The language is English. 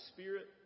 Spirit